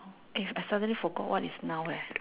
eh I suddenly forgot what is noun eh